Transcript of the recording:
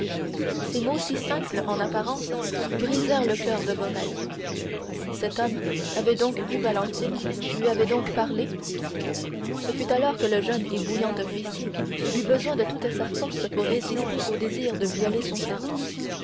ces mots si simples en apparence brisèrent le coeur de morrel cet homme avait donc vu valentine il lui avait donc parlé ce fut alors que le jeune et bouillant officier eut besoin de toute sa force pour résister au désir de violer son serment